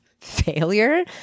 failure